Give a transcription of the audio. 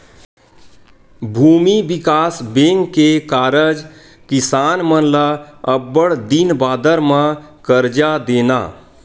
भूमि बिकास बेंक के कारज किसान मन ल अब्बड़ दिन बादर म करजा देना